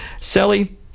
Sally